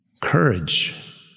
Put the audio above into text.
Courage